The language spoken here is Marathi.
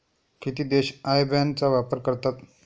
किती देश आय बॅन चा वापर करतात?